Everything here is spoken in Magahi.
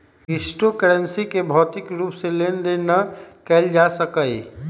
क्रिप्टो करन्सी के भौतिक रूप से लेन देन न कएल जा सकइय